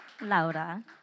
Laura